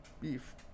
beef